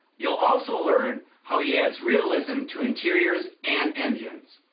you'll also learn how he adds realism to interiors and engines.